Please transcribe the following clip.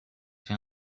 fait